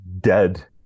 dead